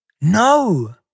no